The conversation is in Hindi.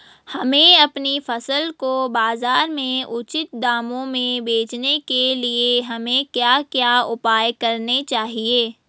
हमें अपनी फसल को बाज़ार में उचित दामों में बेचने के लिए हमें क्या क्या उपाय करने चाहिए?